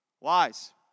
wise